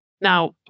Now